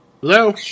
Hello